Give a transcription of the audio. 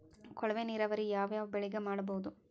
ಕೊಳವೆ ನೀರಾವರಿ ಯಾವ್ ಯಾವ್ ಬೆಳಿಗ ಮಾಡಬಹುದು?